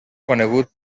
conegut